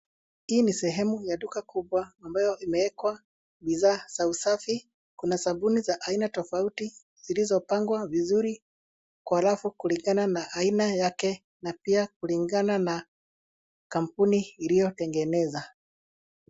Hii ni sehemu ya duka kubwa ambayo imewekwa bidhaa za usafi. Kuna sabuni za aina tofauti zilizopangwa vizuri kwa rafu kulingana na aina yake kulingana na pia kulingana na kampuni iliyotengenezwa.